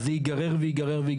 אז זה ייגרר וייגרר.